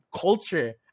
culture